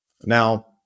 Now